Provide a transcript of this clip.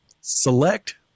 Select